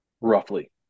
roughly